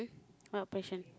what operation